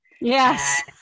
yes